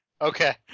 Okay